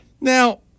Now